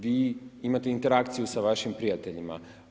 Vi imate interakciju sa vašim prijateljima.